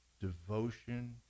devotion